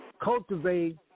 cultivate